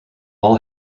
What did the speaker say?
all